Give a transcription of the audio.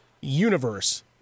universe